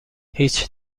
هیچ